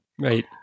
right